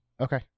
Okay